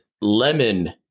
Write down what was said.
lemon